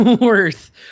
worth